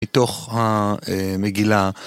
מתוך המגילה.